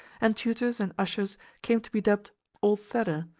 and tutors and ushers came to be dubbed old thedor,